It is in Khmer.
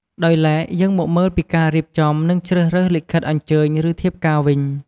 ដោយឡែកយើងមកមើលពីការរៀបចំ និង ជ្រើសរើសលិខិតអញ្ជើញ ឬ ធៀបការវិញ។